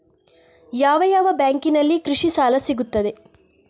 ಯಾವ ಯಾವ ಬ್ಯಾಂಕಿನಲ್ಲಿ ಕೃಷಿ ಸಾಲ ಸಿಗುತ್ತದೆ?